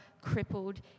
crippled